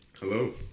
Hello